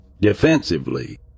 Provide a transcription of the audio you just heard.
defensively